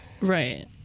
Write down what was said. Right